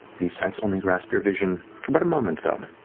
these sights only grasp your vision for about a moment, though,